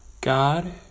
God